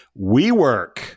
WeWork